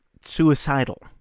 suicidal